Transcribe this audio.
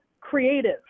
creative